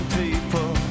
people